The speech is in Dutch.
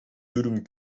dürüm